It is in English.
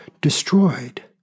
destroyed